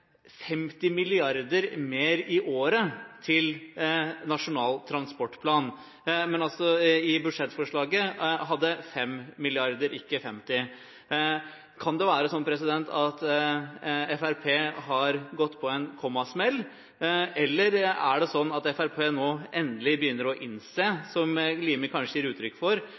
50 mrd. kr mer i året til Nasjonal transportplan, mens man i budsjettforslaget hadde 5 mrd. kr – og ikke 50 mrd. Kan det være sånn at Fremskrittspartiet har gått på en kommasmell, eller er det sånn at Fremskrittspartiet nå endelig begynner å innse, som representanten Limi kanskje gir uttrykk for,